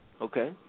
okay